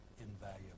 invaluable